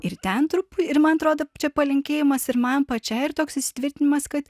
ir ten truputį ir man atrodo čia palinkėjimas ir man pačiai ir toks įsitvirtinimas kad